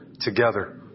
together